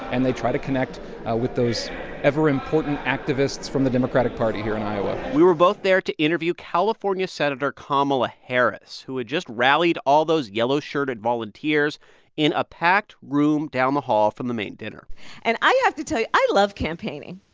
and they try to connect with those ever-important activists from the democratic party here in iowa we were both there to interview california senator kamala harris, who had just rallied all those yellow-shirted volunteers in a packed room down the hall from the main dinner and i have to tell i love campaigning.